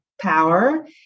power